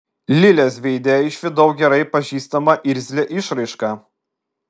lilės veide išvydau gerai pažįstamą irzlią išraišką